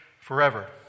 forever